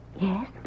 Yes